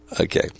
Okay